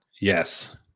Yes